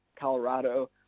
Colorado